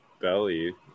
belly